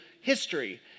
history